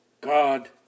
God